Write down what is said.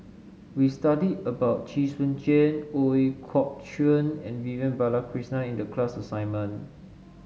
we studied about Chee Soon Juan Ooi Kok Chuen and Vivian Balakrishnan in the class assignment